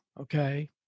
okay